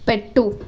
పెట్టు